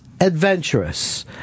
adventurous